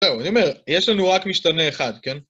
טוב, אני אומר, יש לנו רק משתנה אחד, כן?